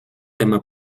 tema